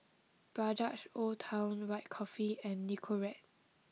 Bajaj Old Town White Coffee and Nicorette